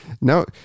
no